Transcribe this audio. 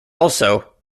also